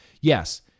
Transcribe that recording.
Yes